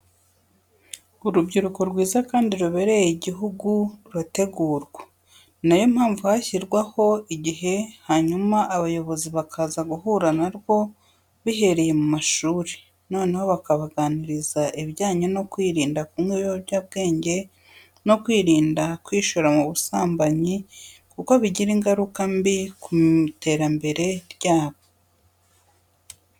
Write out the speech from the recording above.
Urubyiruko rwiza kandi rubereye igihugu rurategurwa, ni na yo mpamvu hashyirwaho igihe hanyuma abayobozi bakaza guhura na rwo bihereye mu mashuri, noneho bakabaganiriza ibijyanye no kwirinda kunywa ibiyobyabwenge, no kwirinda kwishora mu busambanyi kuko bigira ingaruka mbi ku iterambere ryabo.